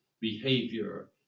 behavior